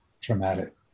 traumatic